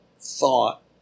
thought